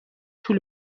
طول